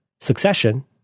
succession